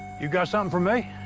you got something for me?